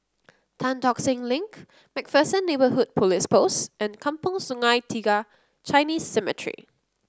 Tan Tock Seng Link MacPherson Neighbourhood Police Post and Kampong Sungai Tiga Chinese Cemetery